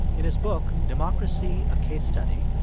in his book democracy a case study,